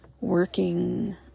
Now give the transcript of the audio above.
working